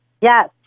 Yes